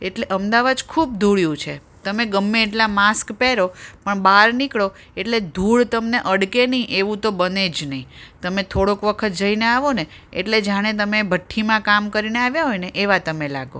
એટલે અમદાવાદ ખૂબ ધૂળિયું છે તમે ગમે એટલા માસ્ક પહેરો પણ બહાર નીકળો એટલે ધૂળ તમને અડકે નહીં એવું તો બને જ નહીં તમે થોડોક વખત જઈને આવો ને એટલે જાણે તમે ભઠ્ઠીમાં કામ કરીને આવ્યા હોય ને એવા તમે લાગો